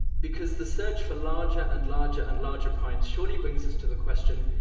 because the search for larger and larger and larger primes surely brings us to the question,